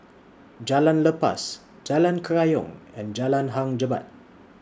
Jalan Lepas Jalan Kerayong and Jalan Hang Jebat